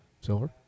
Silver